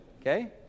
Okay